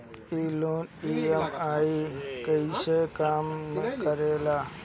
ई loan EMI कईसे काम करेला?